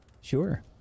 Sure